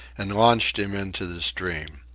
and launched him into the stream.